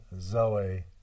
Zoe